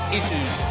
Issues